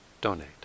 donate